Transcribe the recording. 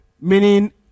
meaning